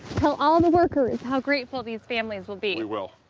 tell all the workers how grateful these families will be. we will.